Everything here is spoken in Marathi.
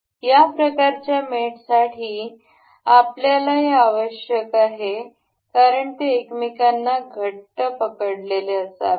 या प्रकारच्या मेटसाठी आपल्याला हे आवश्यक आहे कारण ते एकमेकांना घट्ट पकडलेले असावेत